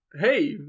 hey